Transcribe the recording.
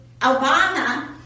Obama